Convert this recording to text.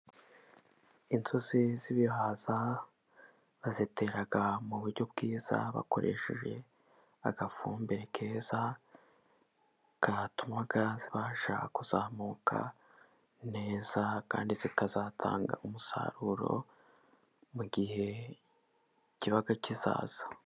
Inzuzi z'ibihaza, bazitera mu buryo bwiza bakoresheje agafumbire keza gatuma zibasha kuzamuka neza, kandi zikazatanga umusaruro mu gihe kiba kizaza.